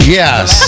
yes